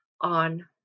on